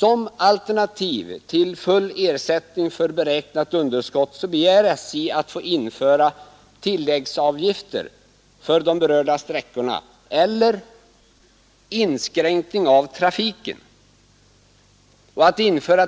Som alternativ till full ersättning för beräknat underskott begär SJ att få införa tilläggsavgifter för de berörda sträckorna eller inskränkning av trafiken. Att införa